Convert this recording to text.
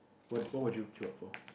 what what would you queue up for